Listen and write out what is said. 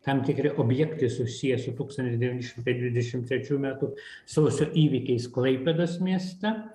tam tikri objektai susiję su tūkstantis devyni šimtai dvidešim trečių metų sausio įvykiais klaipėdos mieste